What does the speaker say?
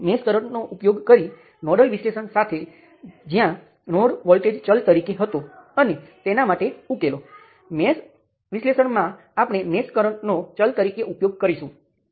હવે હું મેશ વિશ્લેષણમાં થોડું ઝડપથી જોઉં કારણ કે આપણે નોડલ વિશ્લેષણનો બહોળો અભ્યાસ કર્યો છે અને તમે મેશ વિશ્લેષણના દરેક કેસ અને નોડલ વિશ્લેષણના અમુક ચોક્કસ કેસ વચ્ચે વિશ્લેષણ કરી શકો છો